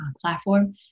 platform